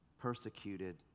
persecuted